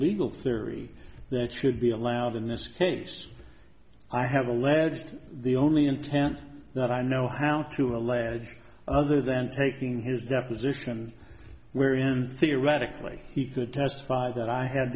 legal theory that should be allowed in this case i have alleged the only intent that i know how to allege other than taking his deposition where in theoretically he could testify that i had